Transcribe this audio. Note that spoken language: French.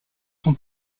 son